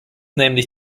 nämlich